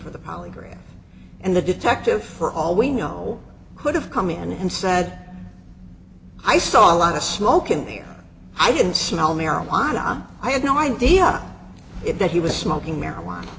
for the polygraph and the detective for all we know could have come in and said i saw a lot of smoke in here i can smell marijuana i have no idea if that he was smoking marijuana